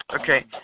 Okay